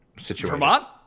Vermont